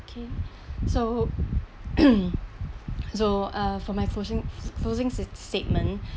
K so so uh for my closing closing sta~ statement